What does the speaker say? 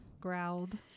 growled